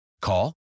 Call